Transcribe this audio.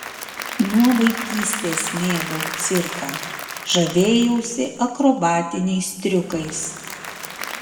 nuo vaikystės mėgau cirką žavėjausi akrobatiniais triukais